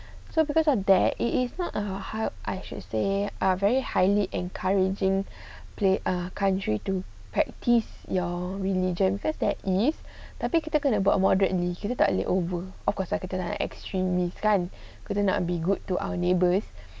so because of that it is not about how I should say are very highly encouraging play a country to practice your religion first that if tapi kita kena buat moderately kita tak boleh over of course lah kita tak nak extremist kan kita nak be good to our neighbours